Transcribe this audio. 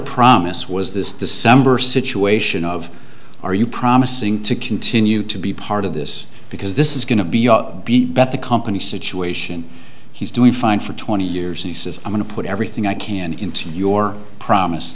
promise was this december situation of are you promising to continue to be part of this because this is going to be a bet the company situation he's doing fine for twenty years and he says i'm going to put everything i can into your promise